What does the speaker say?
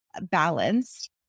balanced